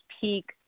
peak